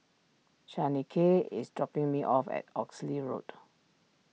Shaniqua is dropping me off at Oxley Road